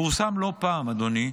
פורסם לא פעם, אדוני,